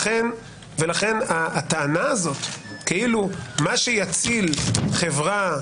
לכן הטענה הזאת כאילו מה שיציל חברה